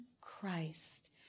Christ